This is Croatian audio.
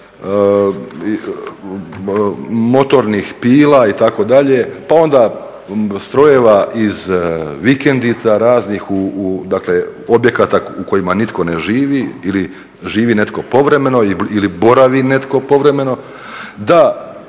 motornih pila itd., pa onda strojeva iz vikendica raznih, dakle objekata u kojima nitko ne živi ili živi netko povremeno ili boravi netko povremeno da